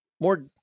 more